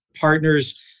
partners